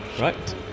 Right